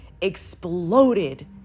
exploded